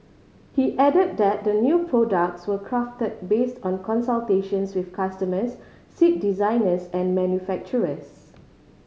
he added that the new products were crafted based on consultations with customers seat designers and manufacturers